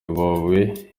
inhofe